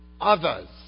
others